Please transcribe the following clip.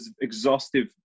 exhaustive